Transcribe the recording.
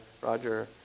Roger